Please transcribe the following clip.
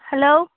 hello